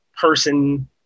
person